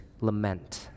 lament